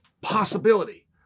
possibility